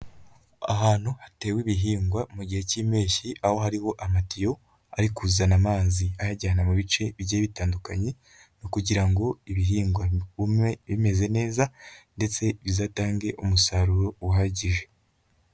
Ahantu hatewe ibihingwa mu gihe k'impeshyi aho hariho amatiyo ari kuzana amazi ayajyana mu bice bigiye bitandukanye, no kugira ngo ibihingwa bigume bimeze neza, ndetse bizatange umusaruro uhagije.